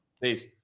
Please